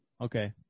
Okay